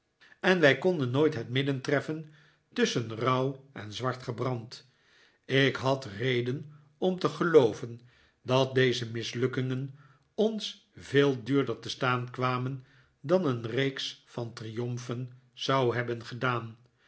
en wij konden nooit het midden treffen tusschen rauw en zwart gebrand ik had reden om te gelooven dat deze mislukkingen ons veel duurder te staan kwamen dan een reeks van triomfen zou hebben gedaan